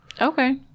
Okay